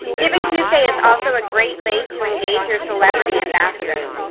givingtuesday is also a great way to engage your celebrity ambassadors.